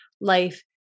life